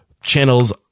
channels